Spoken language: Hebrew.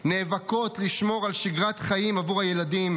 נאבקות לשמור על שגרת חיים עבור הילדים,